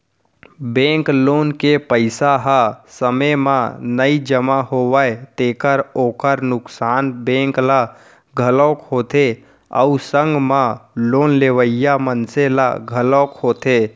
bank loan के पइसा ह समे म नइ जमा होवय तेखर ओखर नुकसान बेंक ल घलोक होथे अउ संग म लोन लेवइया मनसे ल घलोक होथे